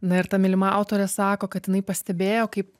na ir ta mylima autorė sako kad jinai pastebėjo kaip